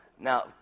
Now